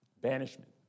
banishment